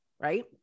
right